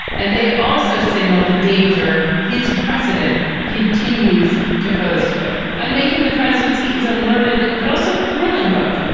and they also signal the danger his precedent continues to pose to it. and making the presidency is a learned but also thrilling book.